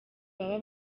baba